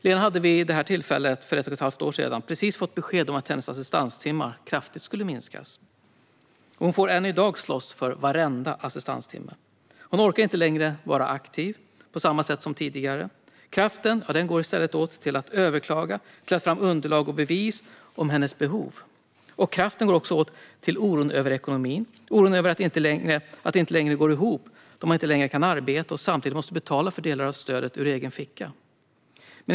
Lena hade vid det tillfället, för ett och ett halvt år sedan, precis fått besked om att hennes assistanstimmar kraftigt skulle minskas. Och hon får än i dag slåss för varenda assistanstimme. Hon orkar inte längre vara aktiv på samma sätt som tidigare. Kraften går i stället åt till att överklaga och till att ta fram underlag och bevis om hennes behov. Och kraften går också åt till oron över ekonomin, oron över att det inte längre går ihop då man inte längre kan arbeta och samtidigt måste betala för delar av stödet ur egen ficka.